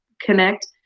connect